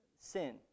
sin